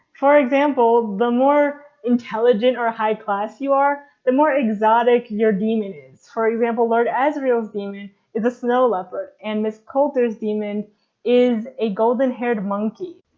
for example, the more intelligent or high class you are the more exotic your daemon is. for example lord asriel's daemon is a snow leopard and miss coulter's daemon is a golden haired monkey.